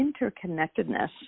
interconnectedness